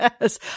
Yes